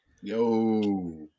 Yo